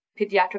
pediatric